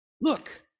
Look